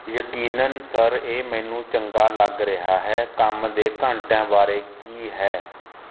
ਯਕੀਨਨ ਸਰ ਇਹ ਮੈਨੂੰ ਚੰਗਾ ਲੱਗ ਰਿਹਾ ਹੈ ਕੰਮ ਦੇ ਘੰਟਿਆਂ ਬਾਰੇ ਕੀ ਹੈ